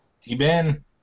T-Ben